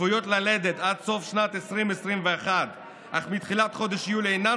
שצפויות ללדת עד סוף שנת 2021 אך מתחילת חודש יולי אינן